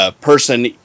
person